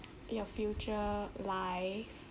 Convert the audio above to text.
your future life